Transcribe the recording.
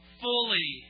fully